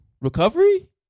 Recovery